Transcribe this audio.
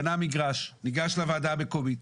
קנה מגרש, ניגש לוועדה המקומית.